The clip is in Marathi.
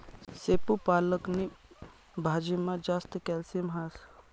शेपू पालक नी भाजीमा जास्त कॅल्शियम हास